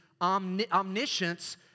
omniscience